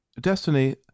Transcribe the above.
Destiny